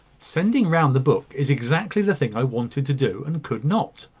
sending round the book is exactly the thing i wanted to do, and could not.